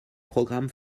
programmes